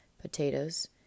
potatoes